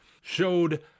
showed